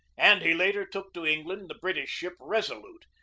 and he later took to england the british ship resolute,